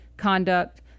conduct